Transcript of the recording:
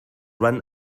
run